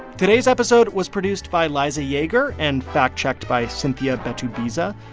today's episode was produced by liza yeager and fact-checked by cynthia betubiza.